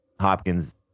Hopkins